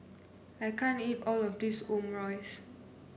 I can't eat all of this Omurice